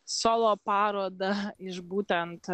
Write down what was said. solo parodą iš būtent